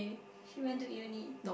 he went to uni